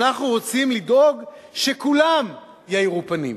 אנחנו רוצים לדאוג שכולם יאירו פנים.